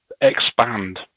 expand